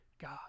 God